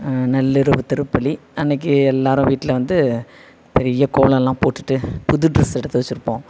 நள்ளிரவு திருப்பலி அன்னைக்கு எல்லாேரும் வீட்டில் வந்து பெரிய கோலோலெல்லாம் போட்டுவிட்டு புது ட்ரெஸ் எடுத்து வெச்சுருப்போம்